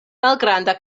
malgranda